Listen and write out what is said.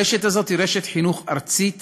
הרשת הזאת היא רשת חינוך ארצית